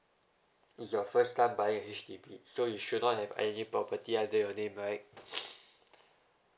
it's your first time buying a H_D_B so you should not have any property under name right